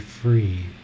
Free